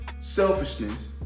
selfishness